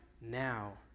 now